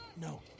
No